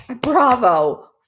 Bravo